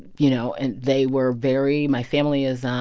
you know, and they were very my family is um